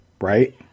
right